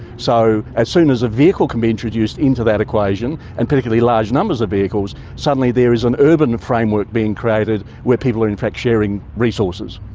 so as soon as a vehicle can be introduced into that equation and particularly large numbers of vehicles, suddenly there is an urban framework being created where people are in fact sharing resources.